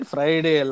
Friday